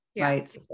Right